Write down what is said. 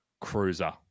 Cruiser